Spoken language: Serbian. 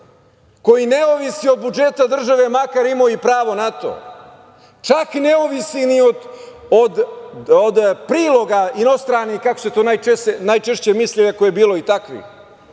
koji ne zavisi od budžeta države, makar imao i pravo na to. Čak ne zavisi ni od priloga inostranih, kako se to najčešće misli, iako je bilo i